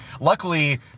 Luckily